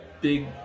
big